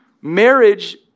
Marriage